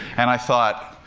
and i thought,